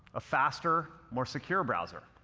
a faster, more secure browser.